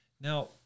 Now